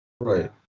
right